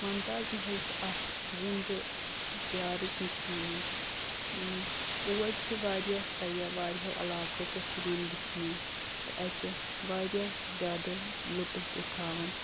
ممتاز محل چھ اکھ زنٛدٕ پیارٕچ نِشٲنی اور چھٕ واریاہ واریاہو سَیاہ واریاہو علاقو پٮ۪ٹھ یِوان وُچھنہِ اَتہِ واریاہ زیادٕ لُطف اُٹھاوان